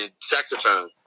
saxophone